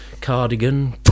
cardigan